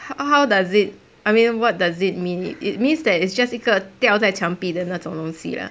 how does it I mean what does it mean it it means that it's just 一个吊在墙壁的那种东西 lah